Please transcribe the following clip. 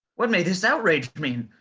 what may this outrage mean?